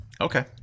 Okay